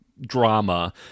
drama